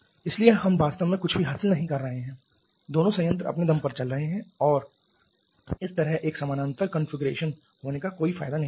इसलिए हम वास्तव में कुछ भी हासिल नहीं कर रहे हैं दोनों संयंत्र अपने दम पर चल रहे हैं और इसलिए इस तरह एक समानांतर कॉन्फ़िगरेशन होने का कोई फायदा नहीं है